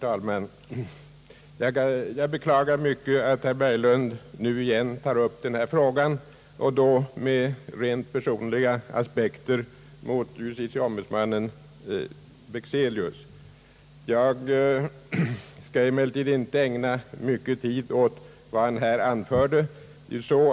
Herr talman! Jag beklagar mycket att herr Berglund tar upp denna fråga igen, och nu med rent personliga aspekter mot justitieombudsmannen Bexelius. Jag skall emellertid inte ägna mycken tid åt vad han här anförde. Bl.